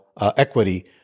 equity